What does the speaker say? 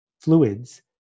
fluids